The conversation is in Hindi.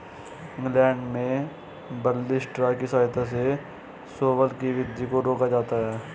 इंग्लैंड में बारले स्ट्रा की सहायता से शैवाल की वृद्धि को रोका जाता है